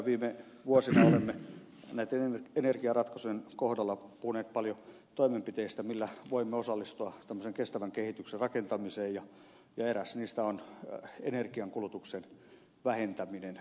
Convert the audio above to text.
viime vuosina olemme näitten energiaratkaisujen kohdalla puhuneet paljon toimenpiteistä millä voimme osallistua tämmöisen kestävän kehityksen rakentamiseen ja eräs niistä on energiankulutuksen vähentäminen